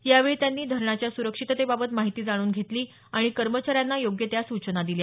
यावेळी त्यांनी धरणाच्या सुरक्षिततेबाबत माहिती जाणून घेतली आणि कर्मचाऱ्यांना योग्य त्या सूचना दिल्या